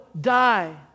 die